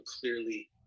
clearly